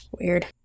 Weird